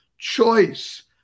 choice